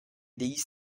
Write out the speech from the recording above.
these